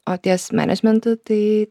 o ties menedžmentu tai